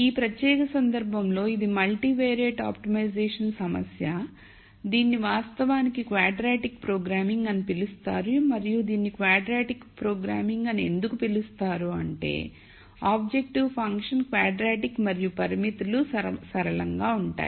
ఈ ప్రత్యేక సందర్భంలో ఇది మల్టీవియారిట్ ఆప్టిమైజేషన్ సమస్య దీనిని వాస్తవానికి క్వాడ్రాటిక్ ప్రోగ్రామింగ్ అని పిలుస్తారు మరియు దీనిని క్వాడ్రాటిక్ ప్రోగ్రామింగ్ అని ఎందుకు పిలుస్తారు అంటే ఆబ్జెక్టివ్ ఫంక్షన్ క్వాడ్రాటిక్ మరియు పరిమితులు సరళంగా ఉంటాయి